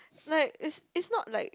like it's it's not like